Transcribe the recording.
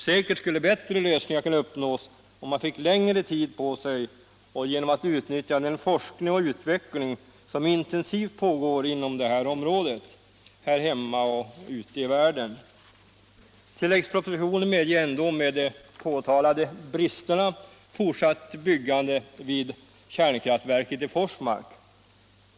Bättre lösningar skulle säkert kunna uppnås, om man fick längre tid på sig och om man kunde utnyttja den intensiva forskning och utveckling som pågår inom detta område här hemma och ute i världen. Med de påtalade bristerna medger ändå tilläggspropositionen att bygget fortsätter vid kärnkraftverket i Forsmark.